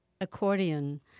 Accordion